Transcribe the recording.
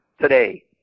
today